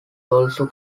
also